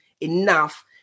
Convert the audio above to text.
enough